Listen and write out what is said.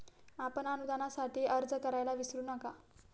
आपण अनुदानासाठी अर्ज करायला विसरू नका